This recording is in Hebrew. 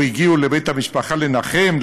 או הגיעו לבית המשפחה לנחם,